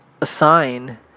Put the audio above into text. assign